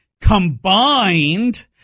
combined